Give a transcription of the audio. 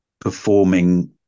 performing